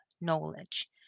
knowledge